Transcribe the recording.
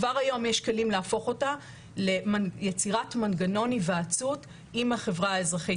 כבר היום יש כלים להפוך אותה ליצירת מנגנון היוועצות עם החברה האזרחית.